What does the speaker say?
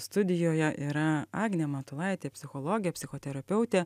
studijoje yra agnė matulaitė psichologė psichoterapeutė